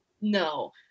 no